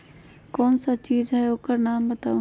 कौन सा चीज है ओकर नाम बताऊ?